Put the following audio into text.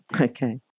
Okay